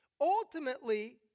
Ultimately